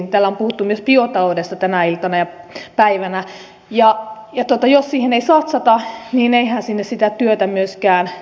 täällä on puhuttu myös biotaloudesta tänä iltana ja päivänä ja jos siihen ei satsata niin eihän sinne sitä työtä myöskään synny